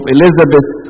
Elizabeth